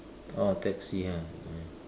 oh taxi ah